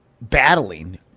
battling